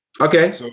Okay